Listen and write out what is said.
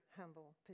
humble